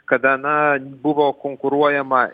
kada na buvo konkuruojama